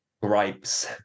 gripes